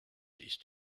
ist